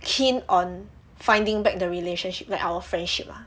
keen on finding back the relationship that our friendship lah